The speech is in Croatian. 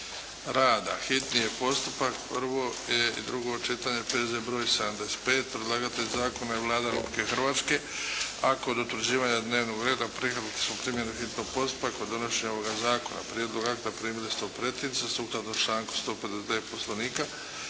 rada, hitni postupak, prvo i drugo čitanje P.Z. broj 75. Predlagatelj zakona je Vlada Republike Hrvatske, a kod utvrđivanja dnevnog reda prihvatili smo primjedbe hitnog postupka kod donošenja ovoga zakona. Prijedlog akta primili ste u pretince sukladno članku 159. Poslovnika.